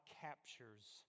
captures